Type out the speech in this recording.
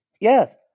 Yes